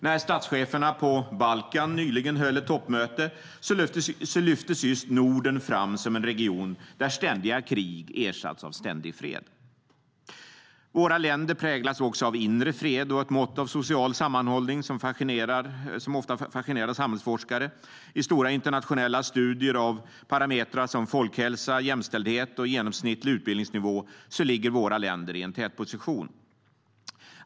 När statscheferna på Balkan nyligen höll ett toppmöte lyftes just Norden fram som en region där ständiga krig ersatts av ständig fred. Våra länder präglas också av inre fred och ett mått av social sammanhållning som ofta fascinerar samhällsforskare. I stora internationella studier av parametrar som folkhälsa, jämställdhet och genomsnittlig utbildningsnivå ligger våra länder i en tätposition.